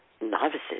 novices